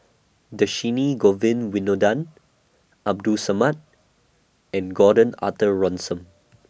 Dhershini Govin Winodan Abdul Samad and Gordon Arthur Ransome